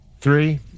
Three